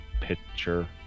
picture